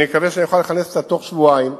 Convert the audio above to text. ואני מקווה שאוכל לכנס אותה תוך שבועיים.